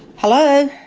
hello?